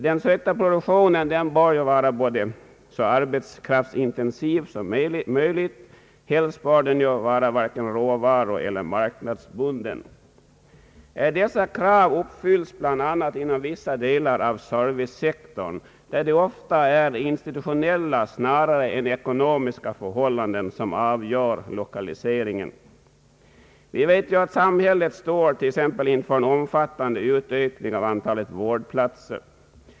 Den sökta produktionen bör vara så arbetskraftsintensiv som möjligt. Helst bör den varken vara råvarueller marknadsbunden. Dessa krav uppfylls bland annat inom vissa delar av servicesektorn, där det ofta är institutionella snarare än ekonomiska förhållanden, som avgör lokaliseringen. Vi vet att samhället t.ex. står inför en omfattande utökning av antalet vårdplatser.